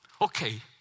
Okay